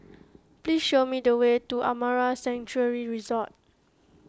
please show me the way to Amara Sanctuary Resort